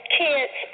kids